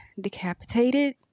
decapitated